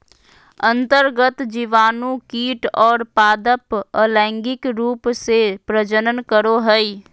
अन्तर्गत जीवाणु कीट और पादप अलैंगिक रूप से प्रजनन करो हइ